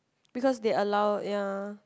because they allow ya